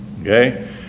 okay